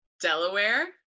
Delaware